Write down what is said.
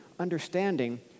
understanding